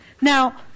Now